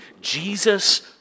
Jesus